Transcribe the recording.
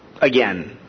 again